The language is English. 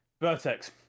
Vertex